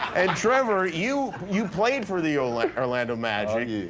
and trevor, you you played for the ah like orlando magic.